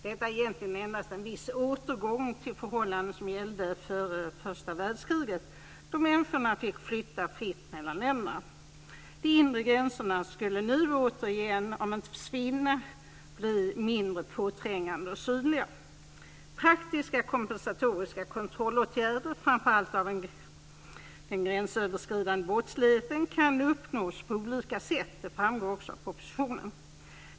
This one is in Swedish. Detta är egentligen endast en viss återgång till förhållanden som gällde före första världskriget, då människorna fick flytta fritt mellan länderna. De inre gränserna skulle återigen om inte försvinna så i vart fall bli mindre påträngande och synliga. Praktiska kompensatoriska kontrollåtgärder av framför allt den gränsöverskridande brottsligheten kan uppnås på olika sätt. Det framgår också av propositionen.